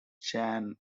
chan